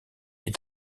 est